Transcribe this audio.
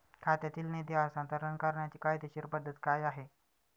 खात्यातील निधी हस्तांतर करण्याची कायदेशीर पद्धत काय आहे?